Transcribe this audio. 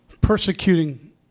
Persecuting